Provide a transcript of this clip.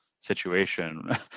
situation